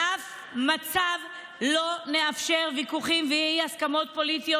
באף מצב לא נאפשר שוויכוחים ואי-הסכמות פוליטיות